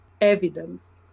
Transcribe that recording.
evidence